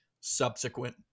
subsequent